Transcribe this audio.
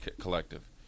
collective